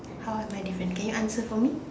how am I different can you answer for me